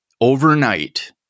overnight